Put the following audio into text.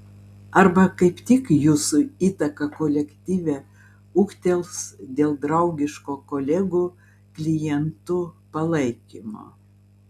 arba kaip tik jūsų įtaka kolektyve ūgtels dėl draugiško kolegų klientų palaikymo